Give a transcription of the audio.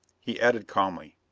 he added calmly,